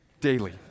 daily